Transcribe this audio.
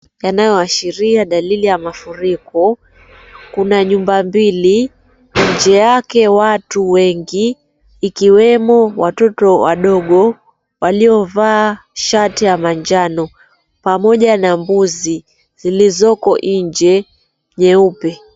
Yanayoashiria dalili ya mafuriko, kuna nyumba mbili, nje yake watu wengi, ikiwemo watoto wadogo waliovaa shati ya manjano, pamoja na mbuzi zilikoko nje nyeupe.